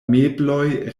mebloj